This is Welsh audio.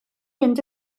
mynd